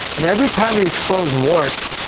and every time you expose warts,